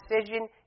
decision